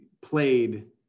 played